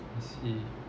I see